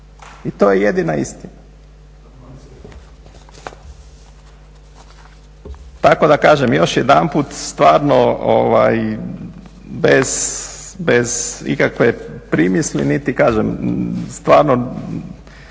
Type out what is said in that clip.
I to je jedina istina. Tako da kažem, još jedanput stvarno bez ikakve primisli, niti kažem stvarno,